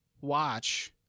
watch